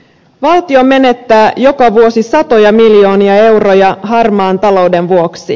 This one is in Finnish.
valtio menettää joka vuosi satoja miljoonia euroja harmaan talouden vuoksi